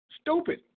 stupid